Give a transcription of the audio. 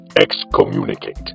Excommunicate